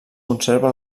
conserva